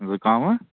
زُکام ہا